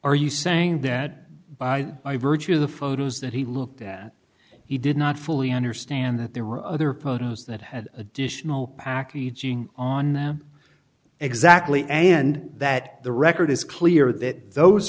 position are you saying that by virtue of the photos that he looked at he did not fully understand that there were other posts that had additional packaging on them exactly and that the record is clear that those